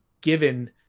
given